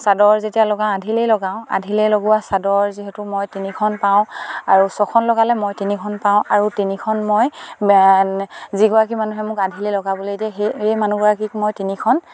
চাদৰ যেতিয়া লগাওঁ আধিলেই লগাওঁ আধিলেই লগোৱা চাদৰ যিহেতু মই তিনিখন পাওঁ আৰু ছখন লগালে মই তিনিখন পাওঁ আৰু তিনিখন মই যিগৰাকী মানুহে মোক আধিলে লগাবলে দিয়ে সেই সেই মানুহগৰাকীক মই তিনিখন